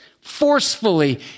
forcefully